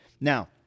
Now